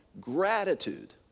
gratitude